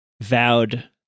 vowed